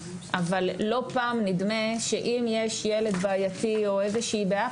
אבל לא פעם נדמה שאם יש ילד בעייתי או איזושהי בעיה,